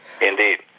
indeed